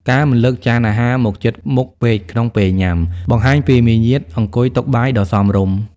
ការមិនលើកចានអាហារមកជិតមុខពេកក្នុងពេលញ៉ាំ បង្ហាញពីមារយាទអង្គុយតុបាយដ៏សមរម្យ។